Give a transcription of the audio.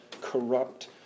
corrupt